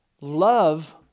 Love